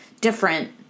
different